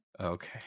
okay